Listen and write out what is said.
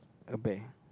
a bear